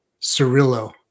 Cirillo